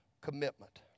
commitment